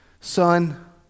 Son